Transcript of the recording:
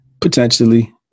Potentially